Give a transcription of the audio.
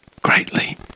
greatly